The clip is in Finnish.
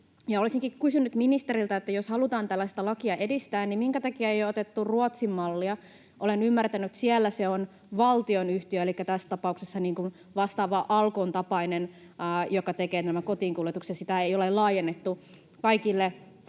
Olisinkin kysynyt ministeriltä, että jos halutaan tällaista lakia edistää, niin minkä takia ei ole otettu Ruotsin-mallia. Olen ymmärtänyt, että siellä se on valtionyhtiö, elikkä tässä tapauksessa vastaava Alkon tapainen, joka tekee nämä kotiinkuljetukset. Sitä ei ole laajennettu kaikille